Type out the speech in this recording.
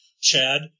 Chad